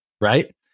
right